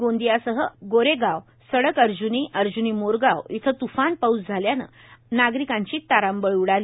गोंदियासह आमगार गोरेगाव सडक अर्जूनी अर्जनी मोरगाव इथं तुफान पाऊस झाल्यानं नागरिकांची तारांबळ उडाली